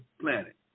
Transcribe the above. planet